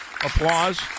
Applause